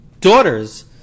daughter's